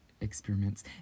experiments